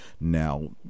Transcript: Now